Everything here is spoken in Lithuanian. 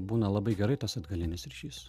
būna labai gerai tas atgalinis ryšys